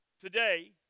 today